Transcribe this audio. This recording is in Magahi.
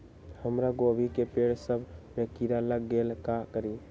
हमरा गोभी के पेड़ सब में किरा लग गेल का करी?